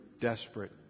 desperate